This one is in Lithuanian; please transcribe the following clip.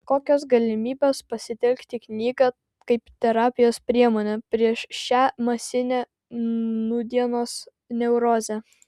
kokios galimybės pasitelkti knygą kaip terapijos priemonę prieš šią masinę nūdienos neurozę